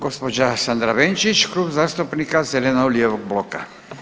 Gospođa Sandra Benčić, Klub zastupnika zeleno-lijevog bloka.